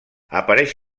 apareix